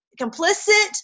complicit